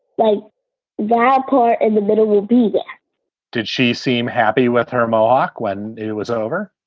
like while you're in the middle will be yeah did she seem happy with her mohawk when it was over?